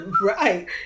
right